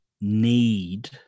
need